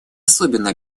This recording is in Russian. особенно